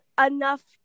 enough